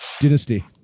Dynasty